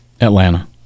Atlanta